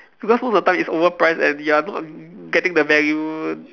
because most of the time is overpriced and you are not g~ getting the value